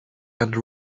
and